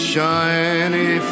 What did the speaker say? Shiny